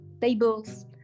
tables